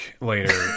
later